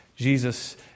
Jesus